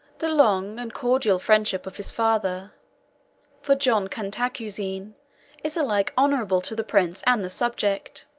the long and cordial friendship of his father for john cantacuzene is alike honorable to the prince and the subject.